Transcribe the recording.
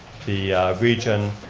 the region,